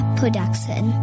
Production